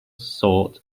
sort